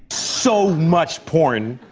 so much porn.